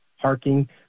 parking